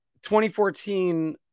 2014